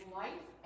life